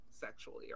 sexually